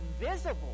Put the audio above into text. visible